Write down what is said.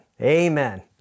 Amen